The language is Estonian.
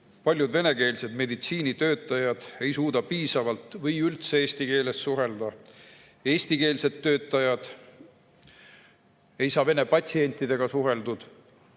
Palju venekeelseid meditsiinitöötajaid ei suuda piisavalt või üldse eesti keeles suhelda. Eestikeelsed töötajad ei saa vene patsientidega suheldud.